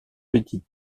petite